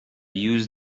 used